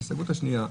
ההסתייגות השנייה,